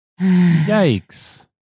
Yikes